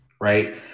right